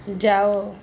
ଯାଅ